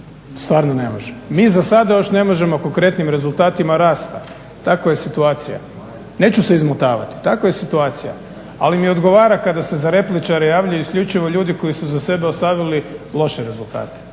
Stvarno ne može. Mi za sada još ne možemo konkretnim rezultatima rasta, takva je situacija. Neću se izmotavati. Takva je situacija. Ali mi odgovara kada se za repličare javljaju isključivo ljudi koji su iza sebe ostavili loše rezultate.